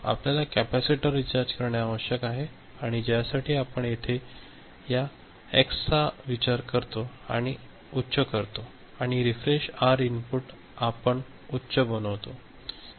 आम्हाला capacitor recharge करणे आवश्यक आहे आणि ज्यासाठी आपण येथे या क्षाचा विचार करतो आम्ही उच्च करतो आणि हे रिफ्रेश आर इनपुट आम्ही उच्च बनवितो